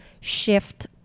shift